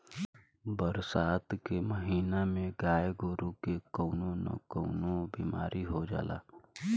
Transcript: बरसात के महिना में गाय गोरु के कउनो न कउनो बिमारी हो जाला